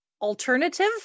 alternative